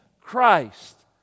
Christ